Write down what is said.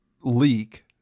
leak